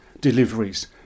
deliveries